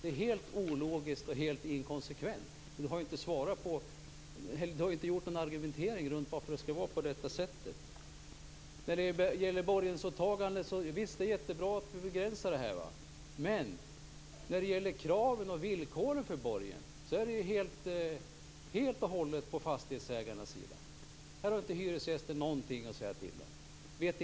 Det är helt ologiskt och helt inkonsekvent. Lena Larsson har inte argumenterat för varför det skall vara på detta sätt. När det gäller borgensåtaganden vill jag säga att det är jättebra att det görs en begränsning, men vad beträffar kraven och villkoren för borgen är man helt och hållet på fastighetsägarnas sida. Här har hyresgästen inte någonting att säga till om.